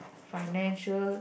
financial